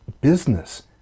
business